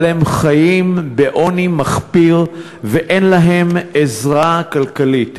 אבל הם חיים בעוני מחפיר ואין להם עזרה כלכלית.